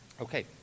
Okay